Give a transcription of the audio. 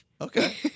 Okay